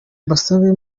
mbasabe